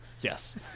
Yes